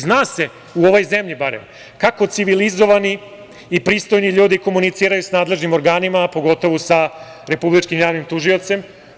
Zna se, u ovoj zemlji barem, kako civilizovani i pristojni ljudi komuniciraju sa nadležnim organima, a pogotovo sa Republičkim javnim tužiocem.